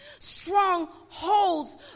Strongholds